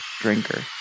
drinker